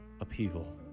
upheaval